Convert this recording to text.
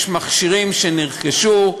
יש מכשירים, נרכשו,